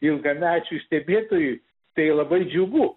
ilgamečiui stebėtojui tai labai džiugu